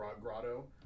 Grotto